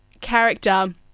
character